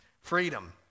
Freedom